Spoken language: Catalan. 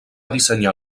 dissenyar